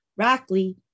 Rackley